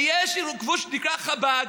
ויש ארגון שנקרא חב"ד,